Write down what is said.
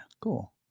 cool